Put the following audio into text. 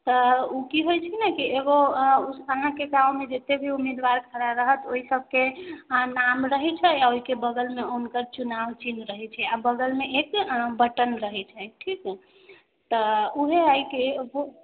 तऽ ओ की होइ छै ने कि एगो उस संगक आदमी जे छै उम्मीदवार ठरा रहत ओहि सबके नाम रहै छै आओर ओहिके बगलमे उनकर चुनाव चिन्ह रहै छै आ बगलमे एक बटन रहै छै ठीक तऽ ओहे हय की